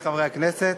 חברי חברי הכנסת,